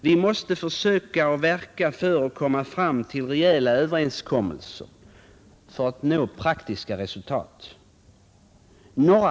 Vi måste försöka att verka för att komma fram till rejäla överenskommelser för att nå praktiska resultat.